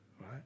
right